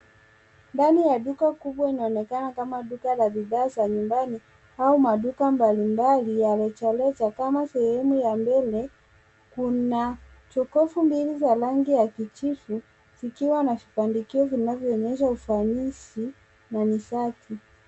Ndani ya duka kubwa inaonekana kama duka la bidhaa za nyumbani au maduka mbalimbali za rejareja kama sehemu ya mbele. Kuna jokofu mbili za rangi ya kijivu zikiwa na vibandikio vinavyoonyesha ufanisi na nishati.